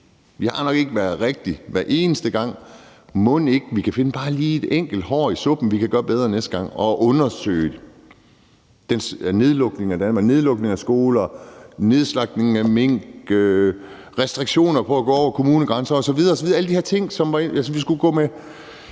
vi har nok ikke gjort det rigtige hver eneste gang; mon ikke vi lige kan finde bare et enkelt hår i suppen, så vi kan gøre det bedre næste gang, og undersøge nedlukningen af Danmark, nedlukningen af skoler, nedslagtningen af mink, restriktioner på at krydse kommunegrænsen osv.